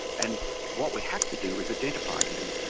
and what we have to do is identify them.